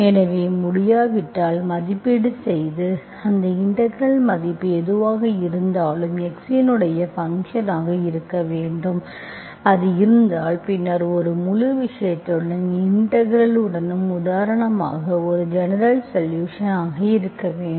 எனவே முடியாவிட்டால் மதிப்பீடு செய்து எனவே இன்டெகிரெல் மதிப்பு எதுவாக இருந்தாலும் அது x இன் ஃபங்க்ஷன் ஆக இருக்க வேண்டும் அது இருந்தால் பின்னர் முழு விஷயத்துடனும் இன்டெகிரெல் டனும் உதாரணமாக இது ஜெனரல்சொலுஷன்ஸ் ஆக இருக்க வேண்டும்